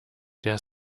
der